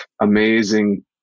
amazing